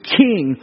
king